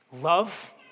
Love